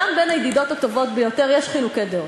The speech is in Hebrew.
גם בין הידידות הטובות ביותר יש חילוקי דעות,